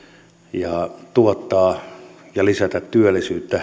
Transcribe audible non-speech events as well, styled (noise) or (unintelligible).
ja tuottaa tätä ihan kotimaista ja lisätä työllisyyttä (unintelligible)